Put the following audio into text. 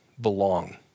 belong